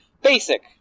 basic